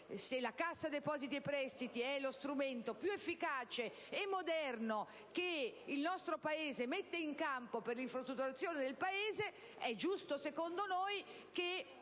Se la Cassa depositi e prestiti è lo strumento più efficace e moderno che il nostro Paese mette in campo per l'infrastrutturazione del Paese, è giusto, secondo noi, che